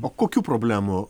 o kokių problemų